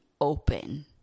open